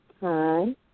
Hi